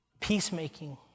Peacemaking